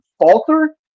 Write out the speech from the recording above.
falter